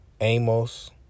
Amos